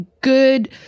good